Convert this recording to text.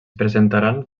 presentaran